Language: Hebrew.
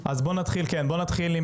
שכתב את